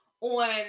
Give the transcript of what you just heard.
on